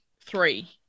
three